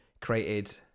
created